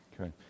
Okay